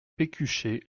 pécuchet